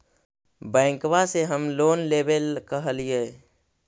बैंकवा से हम लोन लेवेल कहलिऐ?